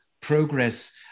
progress